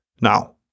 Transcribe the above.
Now